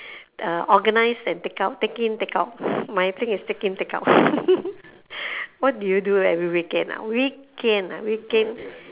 uh organise and take out take in take out my thing is take in take out what do you do every weekend ah weekend ah weekend